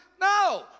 No